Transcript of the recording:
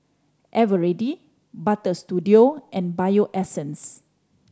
Eveready Butter Studio and Bio Essence